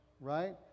right